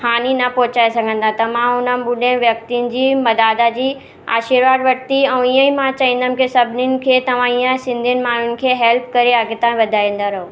हानी न पहुचाए सघंदा त मां हुन बुढे व्यक्ति जी दादा जी आशीर्वाद वठती ऐं ईअं ई मां चाहिंदमि की सभिनीनि खे तव्हां ईअं सिंधियुनि माण्हुनि खे हेल्प करे अॻिता वधाईंदा रहो